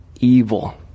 evil